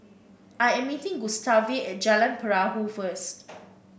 I am meeting Gustave at Jalan Perahu first